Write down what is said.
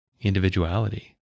individuality